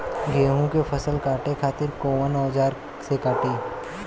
गेहूं के फसल काटे खातिर कोवन औजार से कटी?